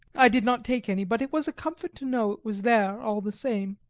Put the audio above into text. i did not take any, but it was a comfort to know it was there all the same.